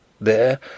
There